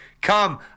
come